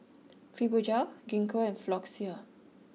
Fibogel Gingko and Floxia